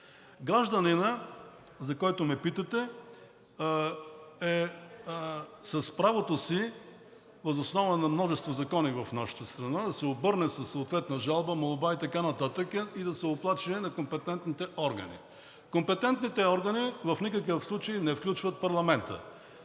Гражданинът, за който ме питате, е с правото си, въз основа на множество закони в нашата страна, да се обърне със съответна жалба, молба и така нататък и да се оплаче на компетентните органи. Компетентните органи в никакъв случай не включват парламента,